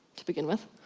to begin with.